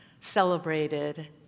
celebrated